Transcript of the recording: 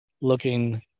looking